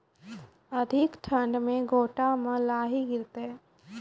अधिक ठंड मे गोटा मे लाही गिरते?